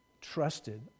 trusted